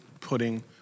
putting